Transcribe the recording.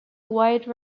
wide